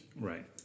Right